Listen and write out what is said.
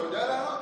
אתה יודע כמה?